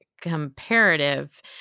comparative